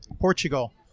Portugal